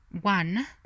one